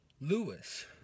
Lewis